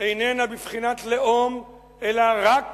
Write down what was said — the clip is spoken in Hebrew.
איננה בבחינת לאום, אלא רק